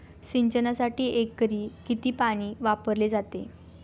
सिंचनासाठी एकरी किती पाणी वापरले जाते?